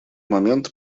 момент